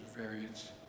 variants